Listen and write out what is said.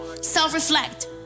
self-reflect